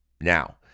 Now